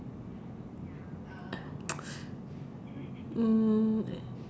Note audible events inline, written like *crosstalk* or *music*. *noise* mm